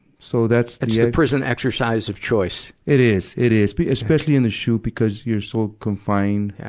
so that's ah yeah the prison exercise of choice. it is, it is. especially in the shu because you're so confined.